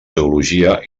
teologia